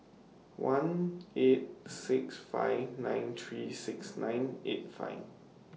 one eight six five nine three six nine eight five